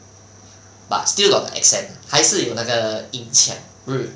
but still got accent 还是有那个音腔日 the japanese accent